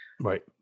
Right